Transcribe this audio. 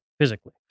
Physically